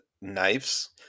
knives